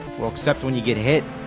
well except when you get hit!